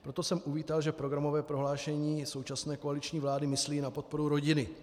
Proto jsem uvítal, že programové prohlášení současné koaliční vlády myslí na podporu rodiny.